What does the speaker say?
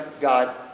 God